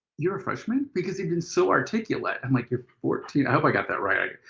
you're a freshman? because he'd been so articulate. i'm like you're fourteen. i hope i got that right.